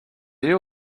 you